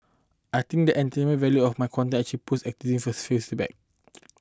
I think that entertainment value of my content actually pushed activism a few step back